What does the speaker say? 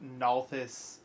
Nalthus